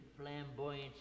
flamboyant